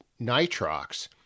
nitrox